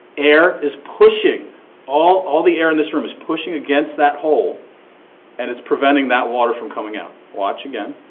air is pushing all all the air in this room is pushing against that hole and it is preventing that water from coming out. watch again,